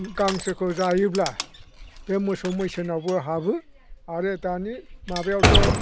गांसोखौ जायोब्ला बे मोसौ मैसोनावबो हाबो आरो दानि माबायावथ'